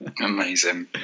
Amazing